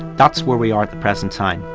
that's where we are at the present time,